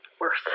Worse